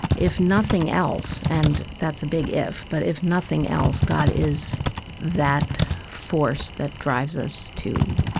if nothing else, and that's a big if, but if nothing else, god is that force that drives us to